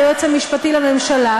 ליועץ המשפטי לממשלה,